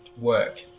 work